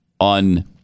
on